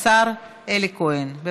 חבר הכנסת איימן עודה בעד,